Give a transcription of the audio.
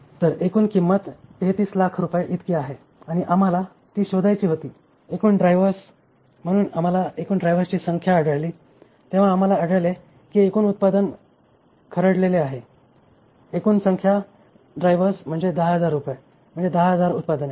तर एकूण किंमत 3300000 रुपये इतकी आहे आणि आम्हाला ती शोधायची होती एकूण ड्रायव्हर्स म्हणून जेव्हा आम्हाला एकूण ड्रायव्हर्सची संख्या आढळली तेव्हा आम्हाला आढळले की एकूण उत्पादन खरडलेले आहे एकूण संख्या ड्रायव्हर्स म्हणजे 10000 रुपये म्हणजे 10000 उत्पादने